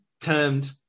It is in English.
termed